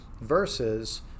versus